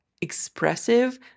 expressive